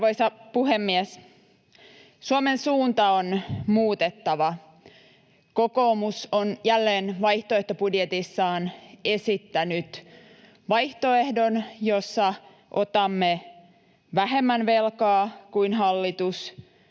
Arvoisa puhemies! Suomen suunta on muutettava. Kokoomus on jälleen vaihtoehtobudjetissaan esittänyt vaihtoehdon, jossa otamme vähemmän velkaa kuin hallitus